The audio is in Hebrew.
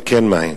4. אם כן, מה הן?